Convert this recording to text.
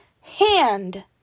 hand